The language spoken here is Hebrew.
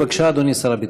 בבקשה, אדוני שר הביטחון.